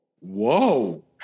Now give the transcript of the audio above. Whoa